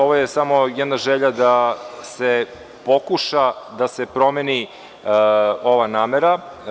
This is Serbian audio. Ovo je samo jedna želja da se pokuša da se promeni ova namera.